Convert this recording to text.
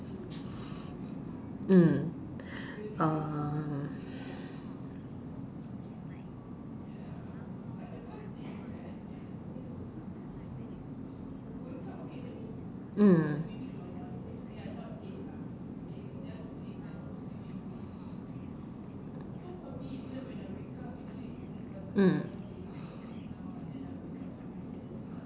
mm uh mm mm